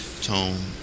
tone